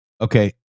Okay